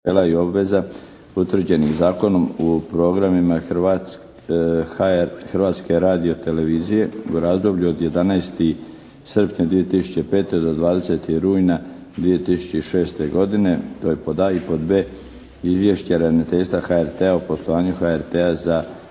i obveza utvrđenih zakonom u programima HR-a i HTV-a u razdoblju od 11. srpnja 2005. do 20. rujna 2006. godine, b) Izvješće ravnateljstva HRT-a o poslovanju HRT-a za